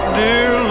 dear